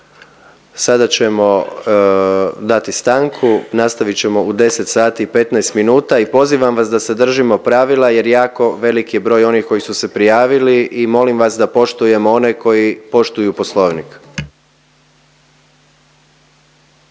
Sada ćemo dati stanku, nastavit ćemo u 10 sati i 15 minuta i pozivam vas da se držimo pravila jer jako je velik broj onih koji su se prijavili i molim vas da poštujemo one koji poštuju Poslovnik.